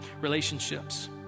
relationships